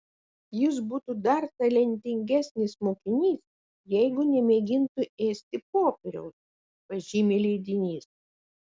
jis būtų dar talentingesnis mokinys jeigu nemėgintų ėsti popieriaus pažymi leidinys